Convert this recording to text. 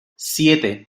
siete